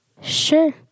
Sure